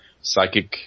psychic